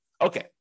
okay